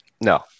No